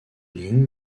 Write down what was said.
lignes